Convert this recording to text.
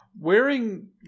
Wearing